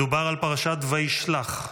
מדובר על פרשת וישלח,